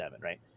right